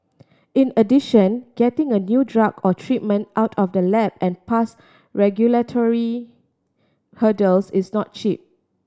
in addition getting a new drug or treatment out of the lab and past regulatory hurdles is not cheap